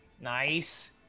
Nice